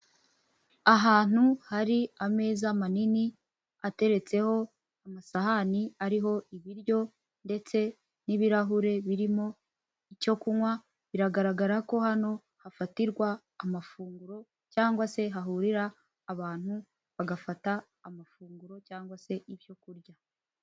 Ahantu hari ameza manini ateretseho amasahani ariho ibiryo ndetse n'ibirahure birimo icyo kunywa, biragaragara ko hano hafatirwa amafunguro cyangwa se hahurira abantu bagafata amafunguro cyangwa se ibyo kurya.